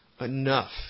Enough